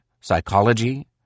psychology